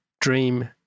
dream